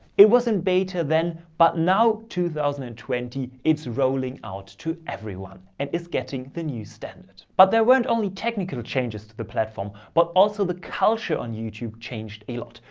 it wasn't beta then, but now two thousand and twenty. it's rolling out to everyone and it's getting the new standard. but there weren't only technical changes to the platform, but also the culture on youtube changed a lot.